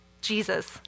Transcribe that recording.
Jesus